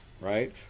right